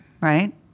Right